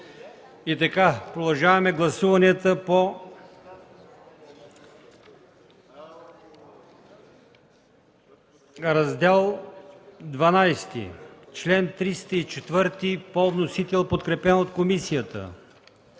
Продължаваме гласуването по Раздел XII; чл. 304 по вносител, подкрепен от комисията;